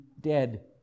dead